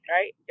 Right